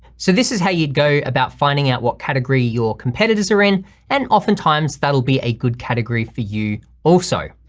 so this is how you'd go about finding out what category your competitors are in and oftentimes that'll be a good category for you also.